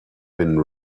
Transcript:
been